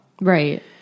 right